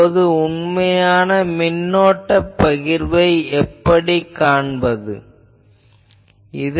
இப்போது உண்மையான மின்னோட்டப் பகிர்வை எப்படிக் கண்டுபிடிப்பது